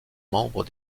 membre